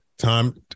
time